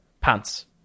pants